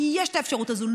כי יש את האפשרות הזו,